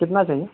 کتنا چاہیے